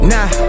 Nah